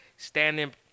Standing